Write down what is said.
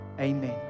amen